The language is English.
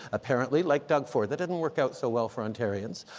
apparently, like doug ford that didn't work out so well for ontarians